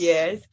Yes